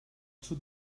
sud